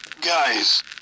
Guys